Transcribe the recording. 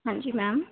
ਹਾਂਜੀ ਮੈਮ